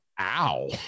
ow